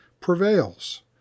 prevails